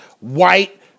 white